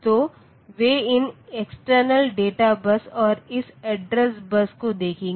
तो वे इन एक्सटर्नल डेटा बस और इस एड्रेस बस को देखेंगे